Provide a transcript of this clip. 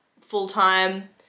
full-time